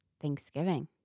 Thanksgiving